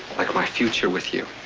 like my future with you